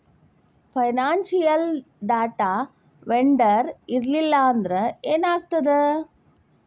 Financial data vendor ಇರ್ಲ್ಲಿಲ್ಲಾಂದ್ರ ಏನಾಗ್ತದ?